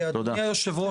אדוני היושב-ראש,